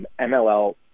MLL